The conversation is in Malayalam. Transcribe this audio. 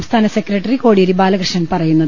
സംസ്ഥാന സെക്രട്ടറി കോടിയേരി ബാലകൃഷ്ണൻ പറയുന്നത്